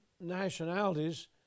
nationalities